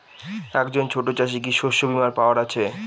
একজন ছোট চাষি কি শস্যবিমার পাওয়ার আছে?